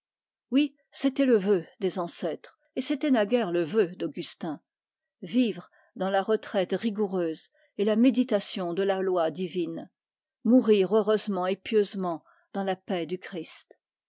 oui c'était le vœu des ancêtres et c'était naguère le vœu d'augustin vivre dans la retraite rigoureuse et la méditation de la loi divine et mourir pieusement dans la paix du christ